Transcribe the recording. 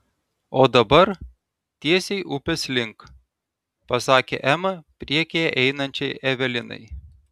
o dabar tiesiai upės link pasakė ema priekyje einančiai evelinai